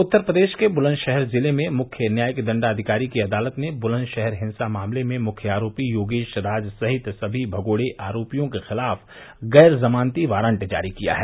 उत्तर प्रदेश के बुलंदशहर जिले में मुख्य न्यायिक दंडाधिकारी की अदालत ने बुलंदशहर हिंसा मामले में मुख्य आरोपी योगेश राज सहित सभी भगोड़े आरोपियों के खिलाफ गैर जमानती वारंट जारी किया है